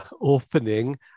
opening